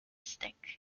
stick